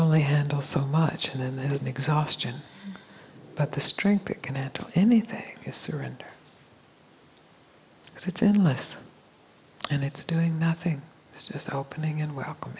only handle so much and then there is an exhaustion but the strength that can add to anything is surrender it's endless and it's doing nothing it's just opening and welcom